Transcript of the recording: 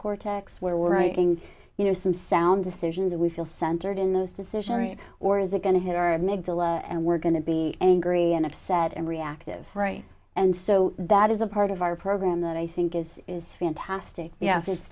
cortex where we're making you know some sound decisions that we feel centered in those decisions or is it going to hit our middle and we're going to be angry and upset and reactive and so that is a part of our program that i think is is fantastic yes is